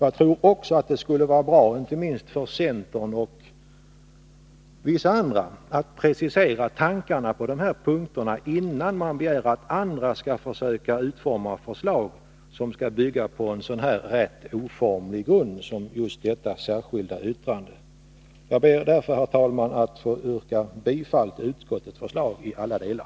Jag tror också att det skulle vara bra, inte minst för centern och vissa andra, att precisera tankarna på de här punkterna innan man begär att andra skall utforma förslag som bygger på en så oformlig grund som detta särskilda yttrande. Jag ber, herr talman, att få yrka bifall till utskottets förslag i alla delar.